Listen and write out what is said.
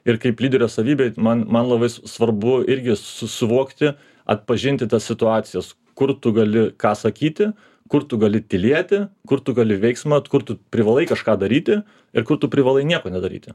ir kaip lyderio savybė man man labai svarbu irgi su suvokti atpažinti tas situacijas kur tu gali ką sakyti kur tu gali tylėti kur tu gali veiksmą kur tu privalai kažką daryti ir kur tu privalai nieko nedaryti